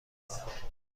خواهم